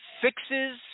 fixes